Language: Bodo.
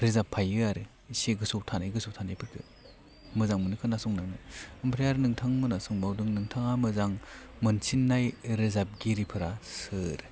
रोजाबफायो आरो एसे गोसोआव थानाय गोसोआव थानायफोरखो मोजां मोनो खोनासंनानै ओमफ्राय आरो नोंथां मोनहा सोंबावदों नोंथाङा मोजां मोनसिननाय रोजाबगिरिफोरा सोर